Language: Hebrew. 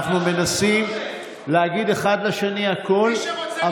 אנחנו מנסים להגיד אחד לשני הכול,